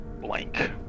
blank